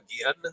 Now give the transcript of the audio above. again